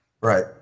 Right